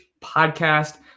podcast